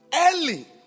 Early